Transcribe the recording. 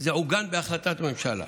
אך זה עוגן בהחלטת ממשלה.